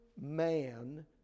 man